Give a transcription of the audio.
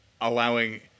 allowing